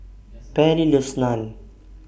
Pairlee loves Naan